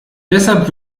deshalb